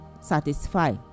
satisfy